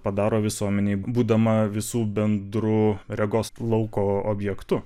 padaro visuomenei būdama visų bendru regos lauko objektu